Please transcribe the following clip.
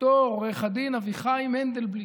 ד"ר עו"ד אביחי מנדלבליט.